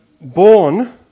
born